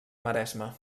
maresma